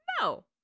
no